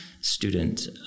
student